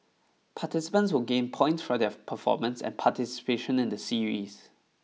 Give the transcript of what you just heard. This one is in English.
participants will gain points from their performance and participation in the series